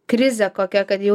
krizė kokia kad jau